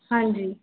ਹਾਂਜੀ